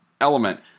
element